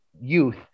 youth